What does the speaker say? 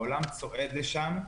העולם צועד לשם.